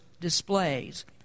displays